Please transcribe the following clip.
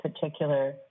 particular